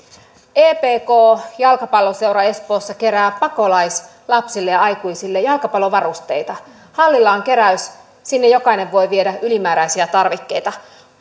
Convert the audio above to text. epk jalkapalloseura espoossa kerää pakolaislapsille ja aikuisille jalkapallovarusteita hallilla on keräys sinne jokainen voi viedä ylimääräisiä tarvikkeita